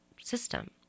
system